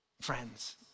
Friends